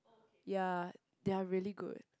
ya they are really good